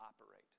operate